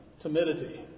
timidity